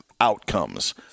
outcomes